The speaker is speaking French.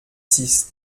six